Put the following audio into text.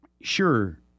sure